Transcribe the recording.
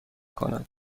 کند